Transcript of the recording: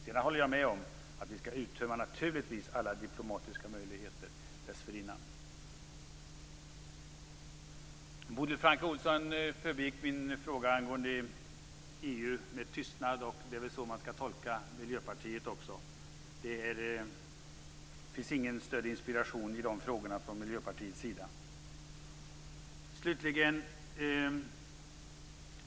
Men jag håller med om att vi naturligtvis skall uttömma alla diplomatiska möjligheter dessförinnan. Bodil Francke Ohlsson förbigick min fråga angående EU med tystnad. Det är väl också så man skall tolka Miljöpartiet. Det finns ingen större inspiration i de frågorna från Miljöpartiets sida.